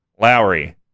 Lowry